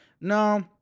no